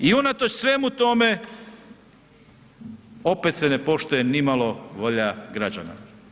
I unatoč svemu tome opet se ne poštuje nimalo volja građana.